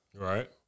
Right